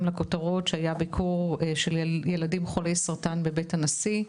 לכותרות של ביקור ילדים חולי סרטן בבית הנשיא,